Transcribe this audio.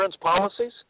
policies